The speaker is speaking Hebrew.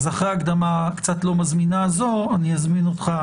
אז אחרי ההקדמה הקצת לא מזמינה הזאת, אזמין אותך